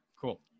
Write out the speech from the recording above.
cool